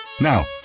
Now